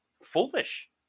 foolish